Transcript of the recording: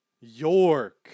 York